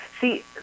see